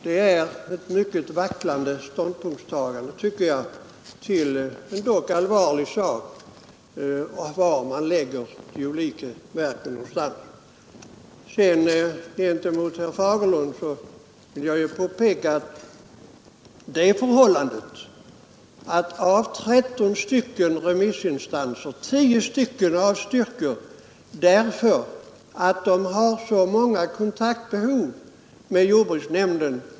Det tycker jag är ett mycket vacklande ståndpunktstagande till den allvarliga frågan var de olika verken bör lokaliseras. Sedan vill jag erinra herr Fagerlund om att 10 remissinstanser av 13 avstyrker förslaget därför att de har så stort behov av kontakt med jordbruksnämnden.